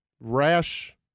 rash